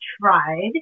tried